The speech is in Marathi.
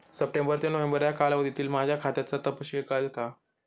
सप्टेंबर ते नोव्हेंबर या कालावधीतील माझ्या खात्याचा तपशील कळेल का?